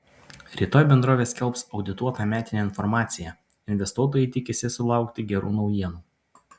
rytoj bendrovė skelbs audituotą metinę informaciją investuotojai tikisi sulaukti gerų naujienų